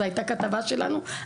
זאת הייתה כתבה שלנו,